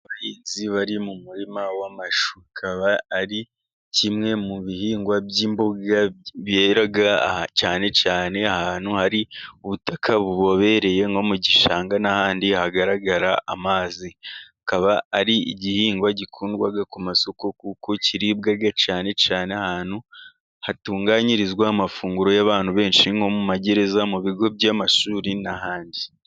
Abahinzi bari mu murima w'amashu kikaba ari kimwe mu bihingwa by'imboga bibera cyane cyane ahantu hari ubutaka bubobereye, nko mu gishanga n'ahandi hagaragara amazi, kikaba ari igihingwa gikundwa ku masoko kuko kiribwa cyane cyane ahantu hatunganyirizwa amafunguro y'abantu benshi, nko mu magereza mu bigo by'amashuri n'ahandi.